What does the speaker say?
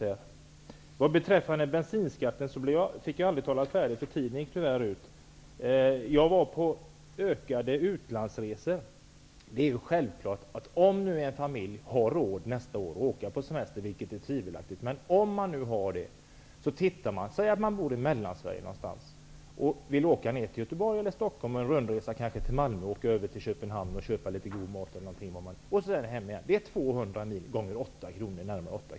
Vad beträffar bensinskatten hann jag inte tala färdigt i min förra replik. Jag var inne på att utlandsresorna ökar. Det är tvivelaktigt om några familjer har råd att åka på semester nästa år, men om en familj som bor i Mellansverige vill åka till Stockholm, Göteborg eller Malmö, och kanske till Köpenhamn för att köpa god mat m.m., och sedan åka hem igen blir det en sträcka på 200 mil. Kostnaden för resan blir då 200 gånger 8 kr., som bensinen kostar.